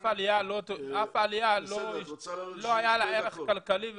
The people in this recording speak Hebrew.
לאף עלייה לא היה ערך כלכלי ותקציבי.